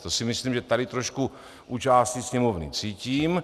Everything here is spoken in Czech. To si myslím, že tady trošku u části Sněmovny cítím.